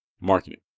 marketing